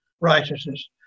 righteousness